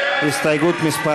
הסתייגות מס'